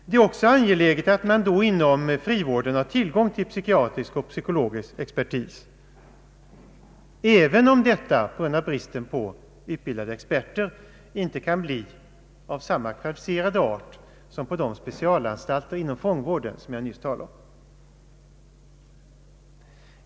Det är också angeläget att man då inom frivården har tillgång till psykiatrisk och psykologisk expertis, även om denna på grund av bristen på utbildade experter inte kan bli av samma kvalifi cerade art som på de specialanstalter inom fångvården som jag nyss talade om.